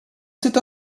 c’est